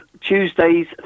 Tuesdays